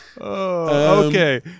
okay